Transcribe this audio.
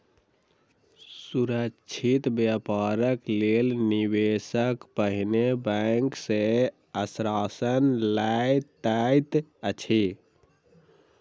सुरक्षित व्यापारक लेल निवेशक पहिने बैंक सॅ आश्वासन लय लैत अछि